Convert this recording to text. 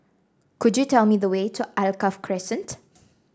could you tell me the way to Alkaff Crescent